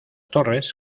torres